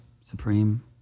Supreme